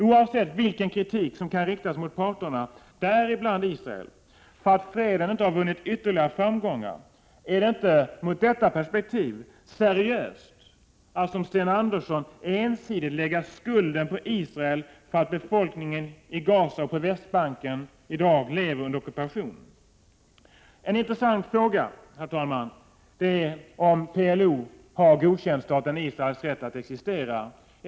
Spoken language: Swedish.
Oavsett vilken kritik som kan riktas mot parterna, däribland Israel, för att freden inte vunnit ytterligare framgångar, är det inte seriöst att som Sten Andersson gör ensidigt lägga skulden på Israel för att befolkningen i Gaza och på Västbanken i dag lever under ockupation. En intressant fråga är om PLO har godkänt staten Israels rätt att existera.